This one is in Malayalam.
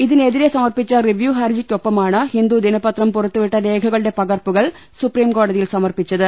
ഇതിന്റെതിരെ സമർപ്പിച്ച റിവ്യൂ ഹർജിക്കൊപ്പമാണ് ഹിന്ദു ദിനിപത്രം പുറത്തുവിട്ട രേഖകളുടെ പകർപ്പുകൾ സുപ്രീംകോടതിയിൽ സ്മർപ്പിച്ചത്